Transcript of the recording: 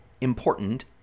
Important